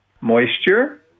moisture